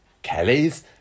kelly's